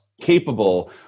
capable